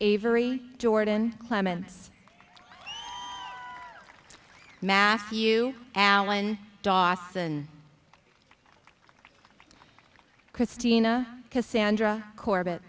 avery jordan clements matthew allen dawson christina cassandra corbett